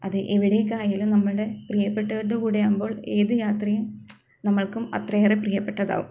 അത് എവിടേക്ക് ആയാലും നമ്മുടെ പ്രിയപ്പെട്ടവരുടെ കൂടെയാവുമ്പോൾ ഏത് യാത്രയും നമുക്കും അത്രയേറെ പ്രിയപ്പെട്ടതാവും